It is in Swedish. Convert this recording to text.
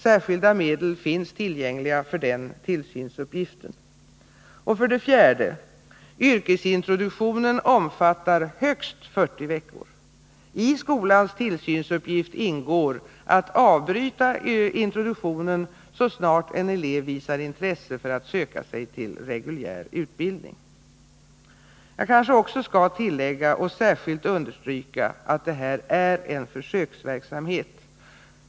Särskilda medel finns tillgängliga för den tillsynsuppgiften. För det fjärde: Yrkesintroduktionen omfattar högst 40 veckor. I skolans tillsynsuppgift ingår att avbryta introduktionen så snart en elev visar intresse för att söka sig till reguljär utbildning. Jag kanske också skall tillägga och särskilt understryka att det här är en försöksverksamhet.